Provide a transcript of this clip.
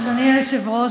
אדוני היושב-ראש,